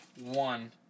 one